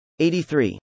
83